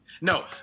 No